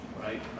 right